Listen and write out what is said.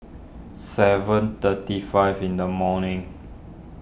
seven thirty five in the morning